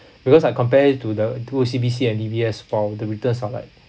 because I compare to the to O_C_B_C and D_B_S account the returns are like